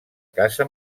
caça